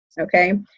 okay